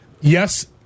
yes